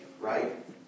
right